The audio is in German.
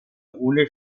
ohne